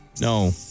No